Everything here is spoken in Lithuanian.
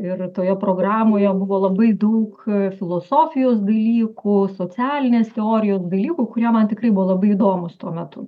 ir toje programoje buvo labai daug filosofijos dalykų socialinės teorijos dalykų kurie man tikrai buvo labai įdomūs tuo metu